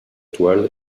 toile